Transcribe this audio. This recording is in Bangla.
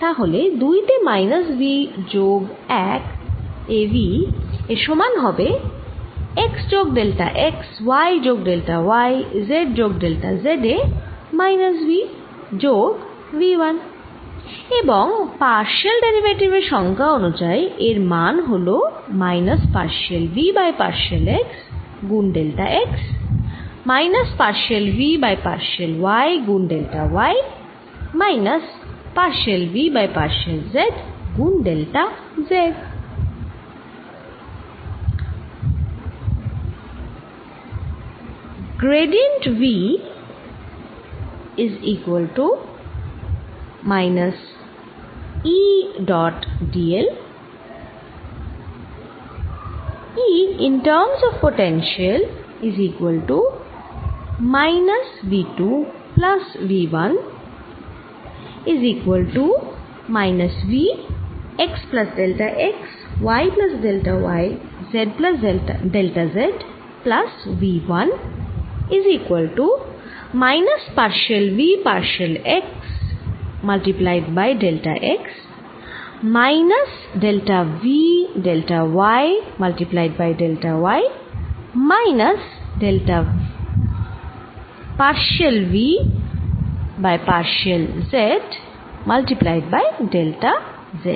তাহলে 2 তে মাইনাস v যোগ 1 এ v এর সমান হবে x যোগ ডেল্টা x y যোগ ডেল্টা y z যোগ ডেল্টা z এ মাইনাস v যোগ v 1 এবং পার্শিয়াল ডেরিভেটিভ এর সংজ্ঞা অনুযায়ী এর মান হল minus partial v by partial x গুণ delta x minus partial v by partial y গুণ delta y minus partial v by partial z গুন ডেল্টা z